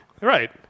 Right